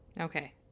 Okay